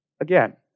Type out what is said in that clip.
Again